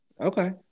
Okay